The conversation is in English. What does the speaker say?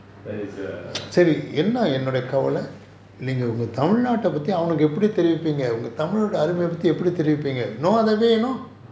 that is err